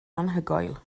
anhygoel